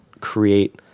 create